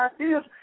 ideas